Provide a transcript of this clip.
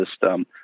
system